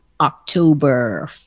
October